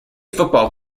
football